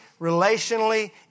relationally